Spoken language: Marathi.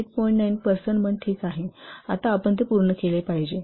9 पर्सन मंथ ठीक आहेत आता आपण ते पूर्ण केले पाहिजे